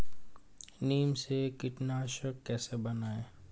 नीम से कीटनाशक कैसे बनाएं?